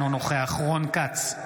אינו נוכח רון כץ,